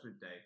Day